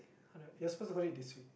you're supposed to hold it this way